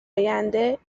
آینده